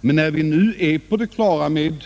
Men när vi nu är på det klara med